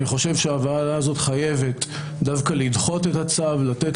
אני חושב שהוועדה הזאת חייבת דווקא לדחות את הצו ולתת